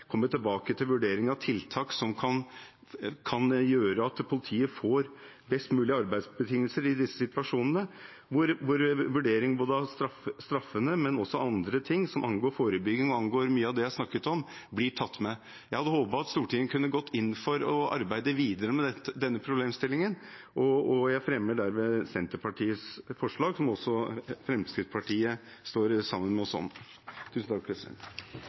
komme tilbake med en vurdering av tiltak som kan gjøre at politiet får best mulig arbeidsbetingelser i disse situasjonene, hvor vurdering av straffene, men også av andre ting, som angår forebygging, og som angår mye av det jeg snakket om, blir tatt med. Jeg hadde håpet at Stortinget kunne gått inn for å arbeide videre med denne problemstillingen. Jeg tar med det opp Senterpartiets forslag, som Fremskrittspartiet står sammen med oss